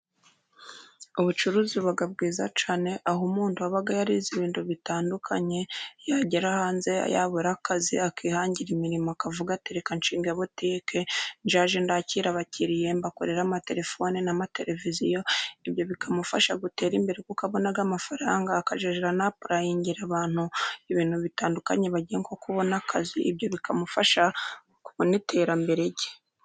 Ubucuruzi buba bwiza cyane aho umuntu aba yarize ibintu bitandukanye, yagera hanze yabura akazi, akihangira imirimo, akavuga ati reka nshinge botike jye ndakira abakiriya, mbakorera amaterefoni n'amatereviziyo, ibyo bikamufasha gutera imbere kuko abona amafaranga akazajya yaprayingira abantu ibintu bitandukanye bajya nko kubona akazi ibyo bikamufasha kubona iterambere rye.